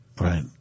Right